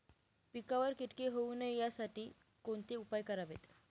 पिकावर किटके होऊ नयेत यासाठी कोणते उपाय करावेत?